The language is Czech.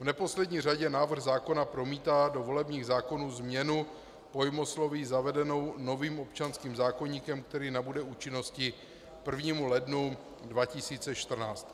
V neposlední řadě návrh zákona promítá do volebních zákonů změnu pojmosloví zavedenou novým občanským zákoníkem, který nabude účinnosti k 1. lednu 2014.